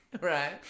Right